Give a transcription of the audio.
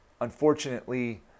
unfortunately